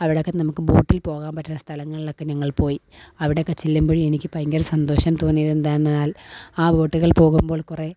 അവടൊക്കെ നമുക്ക് ബോട്ടിൽ പോകാൻ പറ്റുന്ന സ്ഥലങ്ങളിലൊക്കെ ഞങ്ങൾ പോയി അവടൊക്കെ ചെല്ലുമ്പഴേ എനിക്ക് ഭയങ്കര സന്തോഷം തോന്നിയതെന്താന്നാൽ ആ ബോട്ടുകൾ പോകുമ്പോൾ കുറേ